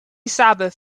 sabbath